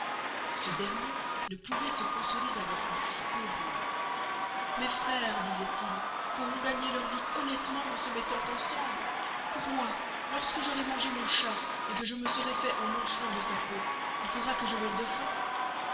ce dernier ne pouvoit se consoler d'avoir un si pauvre lot mes freres disoit-il pourront gagner leur vie honnestement en se mettant ensemble pour moi lors que j'aurai mangé mon chat et que je me seray fait un manchon de sa peau il faudra que je meure de faim